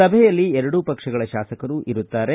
ಸಭೆಯಲ್ಲಿ ಎರಡೂ ಪಕ್ಷಗಳ ಶಾಸಕರು ಇರುತ್ತಾರೆ